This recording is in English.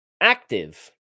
active